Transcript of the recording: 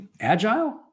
agile